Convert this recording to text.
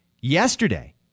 yesterday